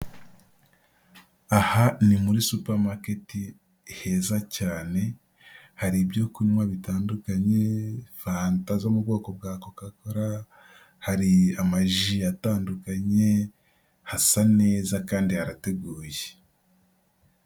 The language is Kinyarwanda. Aha ni muri supamaketi heza cyane, hari ibyo kunywa bitandukanye fanta zo mu bwoko bwa koka kora, hari amaji atandukanye, hasa neza kandi harateguye.